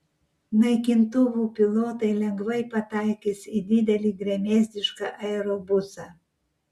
naikintuvų pilotai lengvai pataikys į didelį gremėzdišką aerobusą